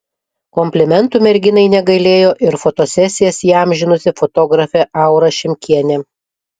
komplimentų merginai negailėjo ir fotosesijas įamžinusi fotografė aura šimkienė